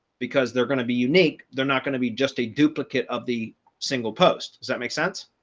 because they're going to be unique. they're not going to be just a duplicate of the single post. does that make sense?